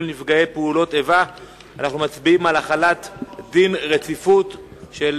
לנפגעי פעולות איבה (תיקון מס' 25). אנחנו